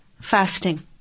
fasting